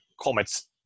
comet's